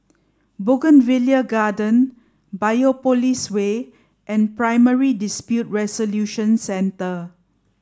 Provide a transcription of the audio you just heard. Bougainvillea Garden Biopolis Way and Primary Dispute Resolution Centre